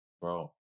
Bro